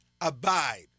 abide